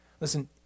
Listen